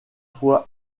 fois